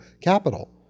capital